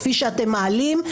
כפי שאתם מעלים,